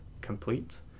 complete